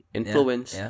influence